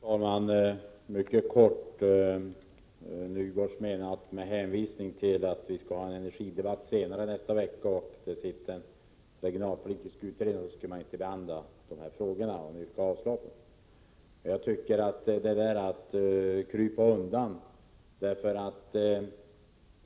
Fru talman! Mycket kort: Nygårds menar, med hänvisning till att vi skall föra en energidebatt nästa vecka och att det sitter en regionalpolitisk utredning, att vi inte skall behandla de frågor som tas upp i reservationerna. Han yrkar avslag på dem. Detta är ett sätt att krypa undan.